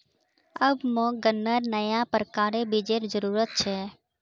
अब मोक गन्नार नया प्रकारेर बीजेर जरूरत छ